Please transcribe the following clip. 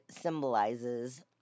symbolizes